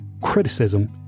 criticism